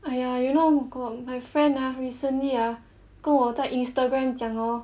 !aiya! you know got my friend ah recently ah 跟我在 Instagram 讲 orh